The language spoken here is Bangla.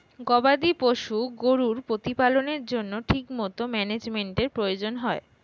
গবাদি পশু গরুর প্রতিপালনের জন্য ঠিকমতো ম্যানেজমেন্টের প্রয়োজন হয়